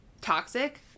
toxic